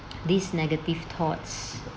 these negative thoughts